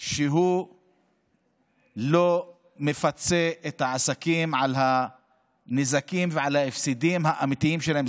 שהוא לא מפצה את העסקים על הנזקים ועל ההפסדים האמיתיים שלהם.